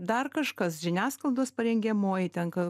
dar kažkas žiniasklaidos parengiamoji tenka